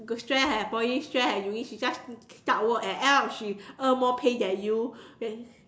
stress at Poly stress uni she just start work and end up she earn more pay than you then